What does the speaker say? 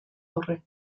aurre